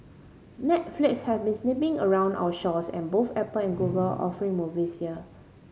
Netflix has been sniffing around our shores and both Apple and Google are offering movies here